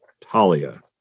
Talia